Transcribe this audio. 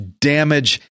damage